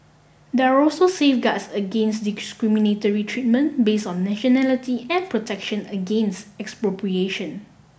there're also safeguards against discriminatory treatment base on nationality and protection against expropriation